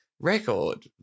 record